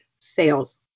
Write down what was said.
sales